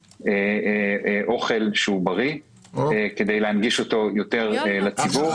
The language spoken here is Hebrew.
אוכל בריא כדי להנגיש אותו יותר לציבור.